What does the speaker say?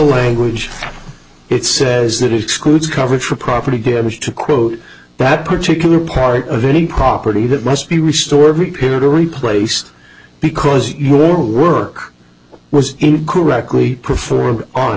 language it says that excludes coverage for property damage to quote that particular part of any property that must be restored repaired or replaced because your work was incorrectly prefer on